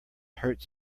hurts